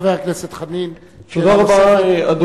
חבר הכנסת חנין, שאלה נוספת.